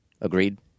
Agreed